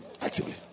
Actively